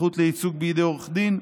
הזכות לייצוג בידי עורך דין,